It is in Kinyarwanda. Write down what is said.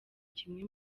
kimwe